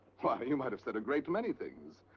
you might have said a great many things.